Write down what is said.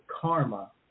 karma